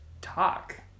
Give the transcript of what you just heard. talk